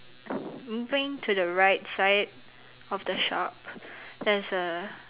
moving to the right side of the shop there's a